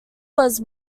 was